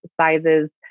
sizes